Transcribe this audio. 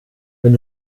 wenn